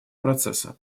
процессы